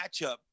matchup